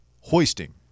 hoisting